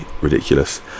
ridiculous